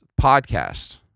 podcast